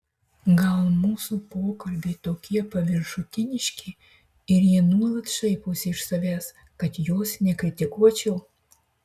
gal mūsų pokalbiai tokie paviršutiniški ir ji nuolat šaiposi iš savęs kad jos nekritikuočiau